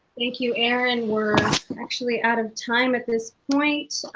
thank you, aaron. we're actually out of time at this point.